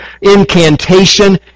incantation